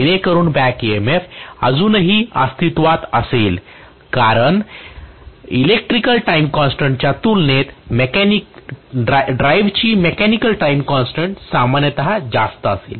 जेणेकरून back EMF अजूनही अस्तित्वात असेल कारण इलेक्ट्रिकल टाइम कॉन्स्टन्ट च्या तुलनेत ड्राईव्हची मेकॅनिकल टाइम कॉन्स्टन्ट सामान्यत जास्त असेल